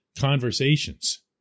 conversations